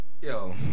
Yo